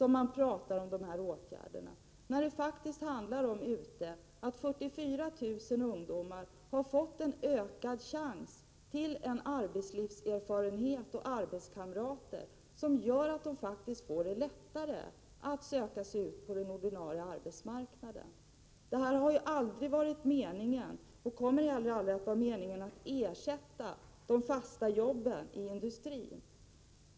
Man bortser från att 44 000 ungdomar har fått en ökad chans att skaffa sig arbetslivserfarenhet och få arbetskamrater, en chans som faktiskt gör det lättare för dem att söka sig ut på den ordinarie arbetsmarknaden. Syftet med ungdomslagen har aldrig varit — och kommer aldrig att bli — att ersätta de fasta jobben i industrin.